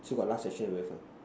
still got last section left ah